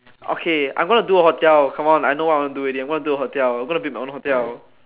okay I'm gonna do a hotel come on I know what I want do already I'm gonna do a hotel I'm gonna build my own hotel